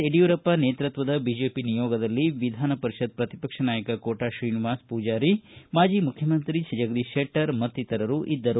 ಯಡಿಯೂರಪ್ಪ ನೇತೃತ್ವದ ಬಿಜೆಪಿ ನಿಯೋಗದಲ್ಲಿ ವಿಧಾನಪರಿಷತ್ ಪ್ರತಿಪಕ್ಷ ನಾಯಕ ಕೋಟಾ ಶ್ರೀನಿವಾಸ ಪೂಜಾರಿ ಮಾಜಿ ಮುಖ್ಖಮಂತ್ರಿ ಜಗದೀಶ್ ಶೆಟ್ಟರ್ ಮತ್ತಿತರರು ಇದ್ದರು